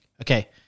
Okay